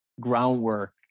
groundwork